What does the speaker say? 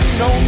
no